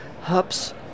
hubs